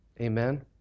Amen